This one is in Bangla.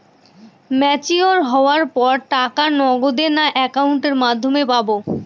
ম্যচিওর হওয়ার পর টাকা নগদে না অ্যাকাউন্টের মাধ্যমে পাবো?